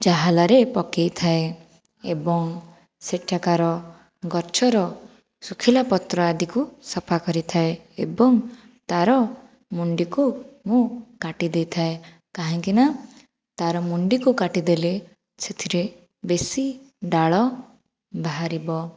ଚାହାଲାରେ ପକାଇଥାଏ ଏବଂ ସେଠାକାର ଗଛର ଶୁଖିଲା ପତ୍ର ଆଦିକୁ ସଫା କରିଥାଏ ଏବଂ ତା'ର ମୁଣ୍ଡିକୁ ମୁଁ କାଟି ଦେଇଥାଏ କାହିଁକି ନା ତାର ମୁଣ୍ଡିକୁ କାଟିଦେଲେ ସେଥିରେ ବେଶୀ ଡାଳ ବାହାରିବ